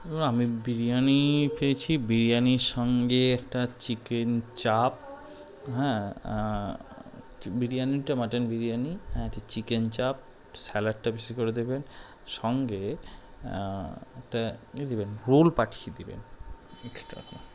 আমি বিরিয়ানি পেয়েছি বিরিয়ানির সঙ্গে একটা চিকেন চাপ হ্যাঁ বিরিয়ানিটা মাটন বিরিয়ানি হ্যাঁ আচ্ছ চিকেন চাপ স্যালাডটা বেশি করে দেবেন সঙ্গে একটা ইয়ে দেবেন রোল পাঠিয়ে দেবেন এক্সট্রা করে